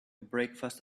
breakfast